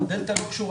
הדלתא לא קשורה